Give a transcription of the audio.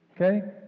okay